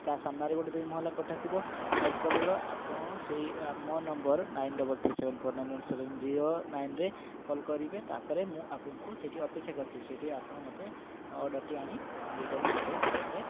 ତା' ସାମ୍ନାରେ ଗୋଟେ ଦୁଇ ମହଲା କୋଠା ଥିବ ହ୍ୱାଇଟ୍ କଲର୍ର ଆପଣ ସେଇ ମୋ number nine double three seven four nine one seven zero ନାଇନ୍ରେ କଲ୍ କରିବେ ତା'ପରେ ମୁଁ ଆପଣଙ୍କୁ ସେଇଠି ଅପେକ୍ଷା କରିଥିବି ସେଇଠି ଆପଣ ମୋତେ ଅର୍ଡ଼ରଟି ଆଣି ଦେଇ କରି ଯିବେ ତା'ହେଲେ